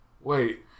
Wait